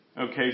Okay